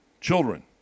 children